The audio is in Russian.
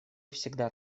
всегда